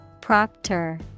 Proctor